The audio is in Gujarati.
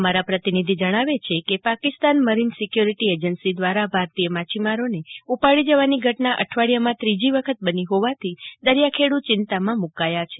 અમારા પ્રતિનિધિ જણાવે છે કે પાકિસ્તાન મરીન સિક્યોરિટી એજન્સિ દ્વારા ભારતીય માછીમારો ને ઉપાડી જવાની ઘટના અઠવાડીયા માં ત્રીજી વખત બની જોવાથી દરિયાખેડુ ચિંતા માં મુકાયા છે